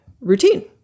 routine